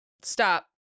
Stop